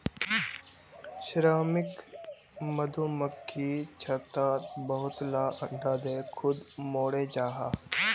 श्रमिक मधुमक्खी छत्तात बहुत ला अंडा दें खुद मोरे जहा